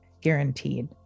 guaranteed